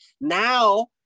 now